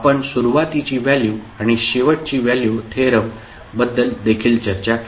आपण सुरुवातीची व्हॅल्यू आणि शेवटची व्हॅल्यू थेरम बद्दल देखील चर्चा केली